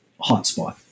hotspot